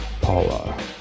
Paula